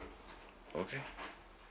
okay